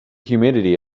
humidity